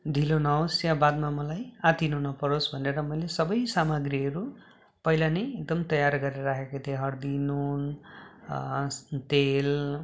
ढिलो नहोस् या बादमा मलाई आत्तिनु नपरोस् भनेर मैले सबै सामग्रीहरू पहिला नै एकदम तयार गरेर राखेको थिएँ हर्दी नुन तेल